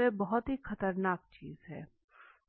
यह बहुत ही खतरनाक चीज है